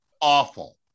awful